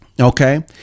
Okay